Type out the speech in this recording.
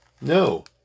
No